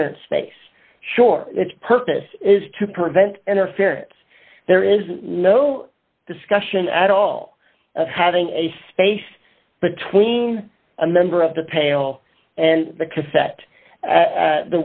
clear space sure its purpose is to prevent interference there is no discussion at all of having a space between a member of the pale and the